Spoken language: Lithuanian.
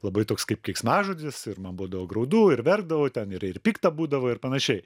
labai toks kaip keiksmažodis ir man būdavo graudu ir verkdavau ten ir ir pikta būdavo ir panašiai